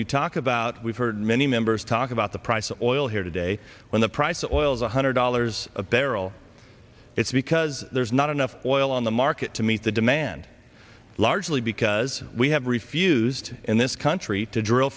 you talk about we've heard many members talk about the price of oil here today when the price of oil is one hundred dollars a barrel it's because there's not enough oil on the market to meet the demand largely because we have refused in this country to drill